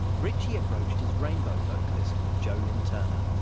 ritchie approached his rainbow vocalist, joe lynn turner.